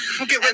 Okay